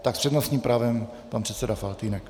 Tak s přednostním právem pan předseda Faltýnek.